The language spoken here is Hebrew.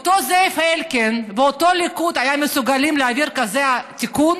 אותו זאב אלקין ואותו ליכוד היו מסוגלים להעביר כזה תיקון?